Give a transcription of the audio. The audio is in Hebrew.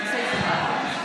(קוראת בשמות חברי הכנסת)